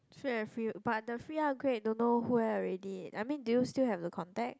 still have free but the free upgrade don't know where already I mean do you still have the contact